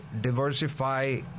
diversify